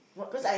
what uh